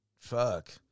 Fuck